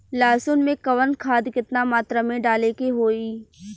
लहसुन में कवन खाद केतना मात्रा में डाले के होई?